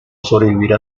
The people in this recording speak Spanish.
sobrevivir